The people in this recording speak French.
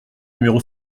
numéro